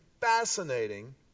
fascinating